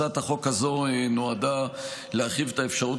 הצעת החוק הזו נועדה להרחיב את האפשרות